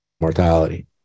mortality